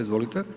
Izvolite.